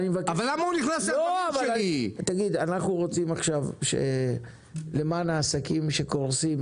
אנחנו רוצים למען העסקים שקורסים,